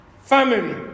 Family